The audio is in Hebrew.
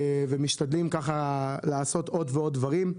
ומשתדלים לעשות עוד ועוד דברים.